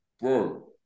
bro